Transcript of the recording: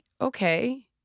okay